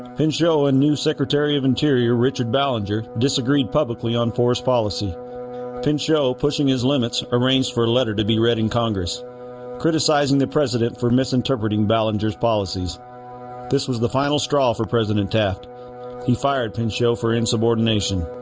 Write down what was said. pinchot so and new secretary of interior richard ballinger disagreed publicly on forest policy pinchot pushing his limits arranged for a letter to be read in congress criticizing the president for misinterpreting ballinger policies this was the final straw for president taft he fired pinchot for insubordination